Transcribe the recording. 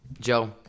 Joe